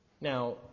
Now